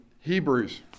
Hebrews